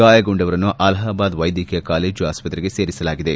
ಗಾಯಗೊಂಡವರನ್ನು ಅಲಹಾಬಾದ್ ವೈದ್ವಕೀಯ ಕಾಲೇಜ್ ಆಸ್ಪತ್ರೆಗೆ ಸೇರಿಸಲಾಗಿದೆ